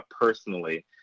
personally